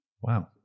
Wow